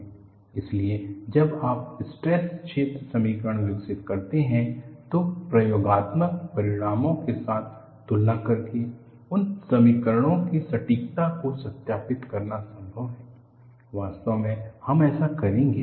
इसलिए जब आप स्ट्रेस क्षेत्र समीकरण विकसित करते हैं तो प्रयोगात्मक परिणामों के साथ तुलना करके उन समीकरणों की सटीकता को सत्यापित करना संभव है वास्तव में हम ऐसा करेंगे